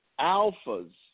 Alphas